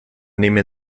nehme